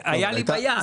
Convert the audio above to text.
היה לי ביד.